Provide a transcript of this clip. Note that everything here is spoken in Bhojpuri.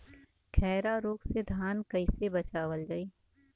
खैरा रोग से धान कईसे बचावल जाई?